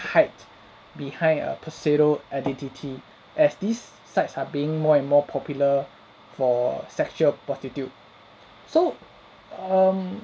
hide behind a pseudo-identity as these sites are being more and more popular for sexual prostitute so um